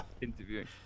interviewing